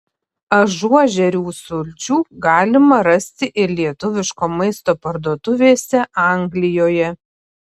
ažuožerių sulčių galima rasti ir lietuviško maisto parduotuvėse anglijoje